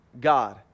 God